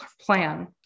plan